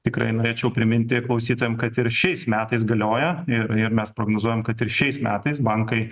tikrai norėčiau priminti klausytojam kad ir šiais metais galioja ir ir mes prognozuojam kad ir šiais metais bankai